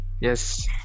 Yes